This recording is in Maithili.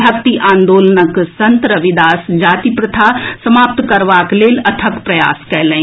भक्ति आन्दोलनक संत रविदास जाति प्रथा समाप्त करबाक लेल अथक प्रयास कयलनि